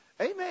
Amen